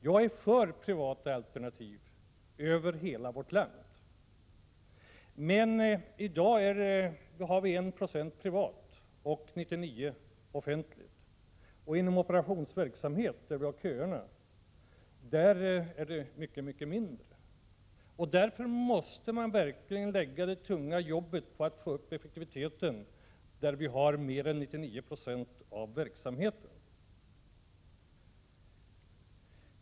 Jag är för privata alternativ över hela vårt land, men i dag är 1 20 av vården privat och 99 26 offentlig. Inom operationsverksamheten, där köerna finns, är den privata verksamheten ännu mindre. Därför måste man lägga tyngdpunkten i strävandena på att öka effektiviteten i den del av vården som motsvarar 99 96 av verksamheten.